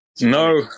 no